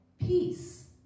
peace